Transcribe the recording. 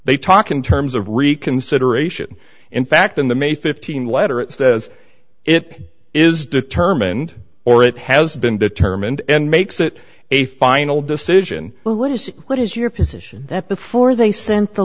they talk in terms of reconsideration in fact in the may fifteen letter it says it is determined or it has been determined and makes it a final decision what is what is your position that before they sent